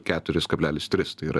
keturis kablelis tris tai yra